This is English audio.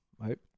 Right